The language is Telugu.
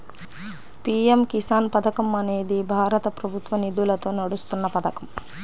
పీ.ఎం కిసాన్ పథకం అనేది భారత ప్రభుత్వ నిధులతో నడుస్తున్న పథకం